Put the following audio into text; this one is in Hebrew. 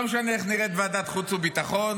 לא משנה איך נראית ועדת חוץ וביטחון,